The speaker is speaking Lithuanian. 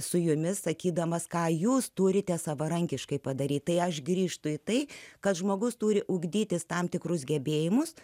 su jumis sakydamas ką jūs turite savarankiškai padaryti tai aš grįžtu į tai kad žmogus turi ugdytis tam tikrus gebėjimus